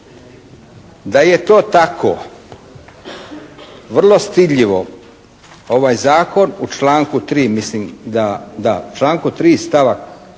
Da je to tako vrlo stidljivo ovaj zakon u članku 3.